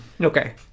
okay